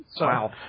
Wow